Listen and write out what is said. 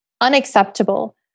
unacceptable